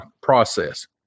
process